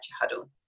huddle